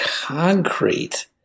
concrete